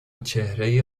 چهره